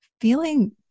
feeling